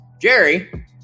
Jerry